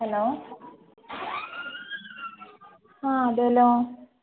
hello ആ അതേല്ലോ